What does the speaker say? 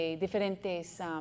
diferentes